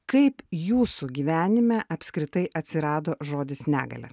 kaip jūsų gyvenime apskritai atsirado žodis negalia